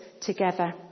together